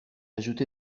ajouté